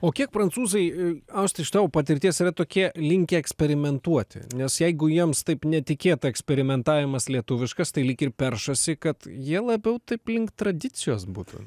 o kiek prancūzai auste iš tavo patirties yra tokie linkę eksperimentuoti nes jeigu jiems taip netikėta eksperimentavimas lietuviškas tai lyg ir peršasi kad jie labiau taip link tradicijos būtų